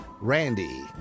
Randy